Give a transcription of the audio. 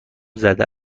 زده